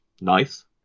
nice